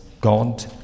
God